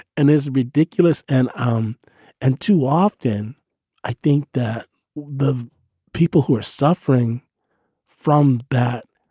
and is ridiculous. and um and too often i think that the people who are suffering from that.